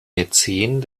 mäzen